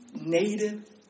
native